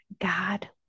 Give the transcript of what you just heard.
God